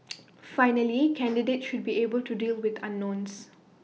finally candidates should be able to deal with unknowns